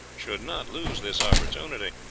should not lose this opportunity.